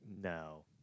No